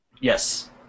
Yes